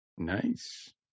Nice